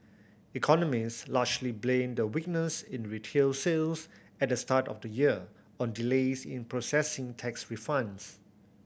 economist largely blame the weakness in retail sales at the start of the year on delays in processing tax refunds